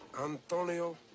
Antonio